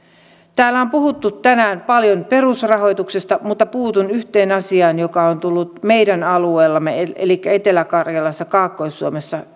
täällä on puhuttu tänään paljon perusrahoituksesta mutta puutun yhteen asiaan joka on ollut meidän alueellamme elikkä etelä karjalassa kaakkois suomessa